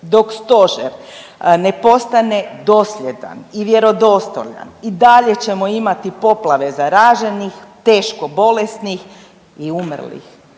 dok stožer ne postane dosljedan i vjerodostojan i dalje ćemo imati poplave zaraženih, teško bolesnih i umrlih,